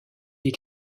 des